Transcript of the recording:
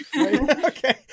okay